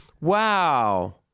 wow